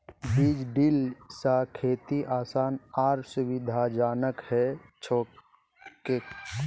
बीज ड्रिल स खेती आसान आर सुविधाजनक हैं जाछेक